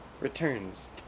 returns